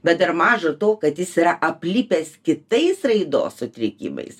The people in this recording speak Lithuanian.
bet ir maža to kad jis yra aplipęs kitais raidos sutrikimais